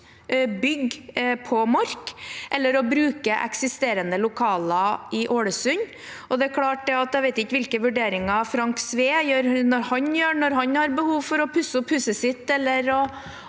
bygg på Mork eller å bruke eksisterende lokaler i Ålesund. Jeg vet ikke hvilke vurderinger Frank Sve gjør når han har behov for å pusse opp huset sitt